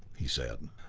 he said.